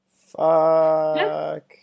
Fuck